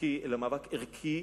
חוקי אלא מאבק ערכי,